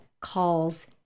calls